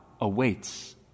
awaits